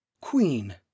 Queen